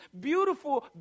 beautiful